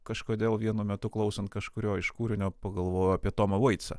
kažkodėl vienu metu klausant kažkurio iš kūrinio pagalvojau apie tomą vaitsą